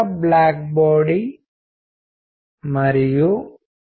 అప్పుడు మన వద్ద గోఫ్మన్ యొక్క నిర్మాణ నమూనాను ఉన్నాము భాషావేత్తలతో సహా అనేక ఇతర సిద్ధాంతకర్తలు